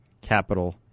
Capital